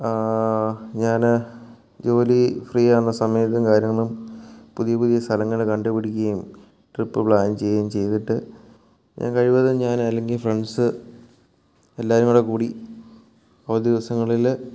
ആ ഞാൻ ജോലി ഫ്രീ ആകുന്ന സമയത്തും കാര്യങ്ങളും പുതിയ പുതിയ സ്ഥലങ്ങൾ കണ്ടു പിടിക്കുകയും ട്രിപ്പ് പ്ലാൻ ചെയ്യുകയും ചെയ്തിട്ട് ഞാൻ കഴിവതും ഞാൻ അല്ലെങ്കിൽ ഫ്രണ്ട്സ് എല്ലാവരും കൂടെ കൂടി ഒഴിവു ദിവസങ്ങളിൽ